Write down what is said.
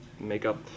Makeup